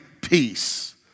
peace